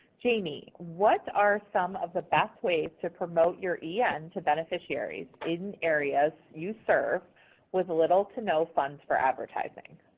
jayme, what are some of the best ways to promote your yeah en to beneficiaries in areas you serve with little-to-no funds for advertising?